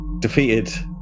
defeated